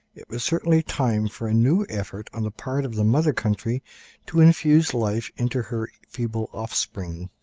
it was certainly time for a new effort on the part of the mother country to infuse life into her feeble offspring.